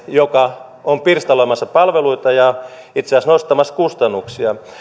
joka on pirstaloimassa palveluita ja itse asiassa nostamassa kustannuksia